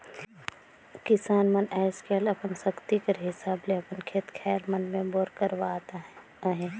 किसान मन आएज काएल अपन सकती कर हिसाब ले अपन खेत खाएर मन मे बोर करवात अहे